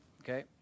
Okay